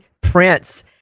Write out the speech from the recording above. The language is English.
prince